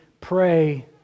pray